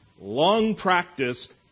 long-practiced